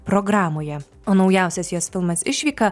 programoje o naujausias jos filmas išvyka